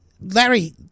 Larry